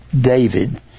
david